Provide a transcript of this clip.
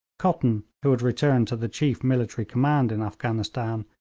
cotton, who had returned to the chief military command in afghanistan,